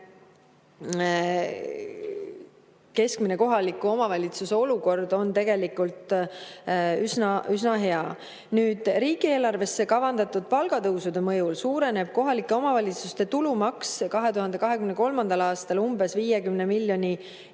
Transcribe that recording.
Keskmine kohaliku omavalitsuse olukord on tegelikult üsna-üsna hea. Riigieelarvesse kavandatud palgatõusude mõjul suureneb kohalike omavalitsuste tulumaksulaekumine 2023. aastal umbes 50 miljoni